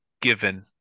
given